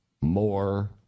more